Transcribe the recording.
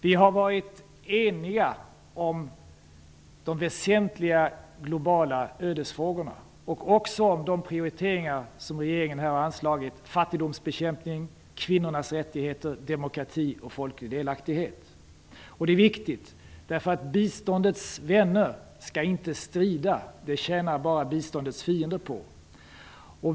Vi har varit eniga om de väsentliga globala ödesfrågorna och också om de prioriteringar i anslagen som regeringen har gjort beträffande fattigdomsbekämpning, kvinnors rättigheter, demokrati och folklig delaktighet. Det är viktigt, därför att biståndets vänner skall inte strida. Det tjänar bara biståndets fiender på.